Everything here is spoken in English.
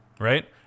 right